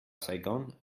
saigon